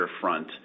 front